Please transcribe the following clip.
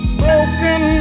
broken